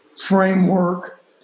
framework